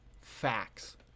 Facts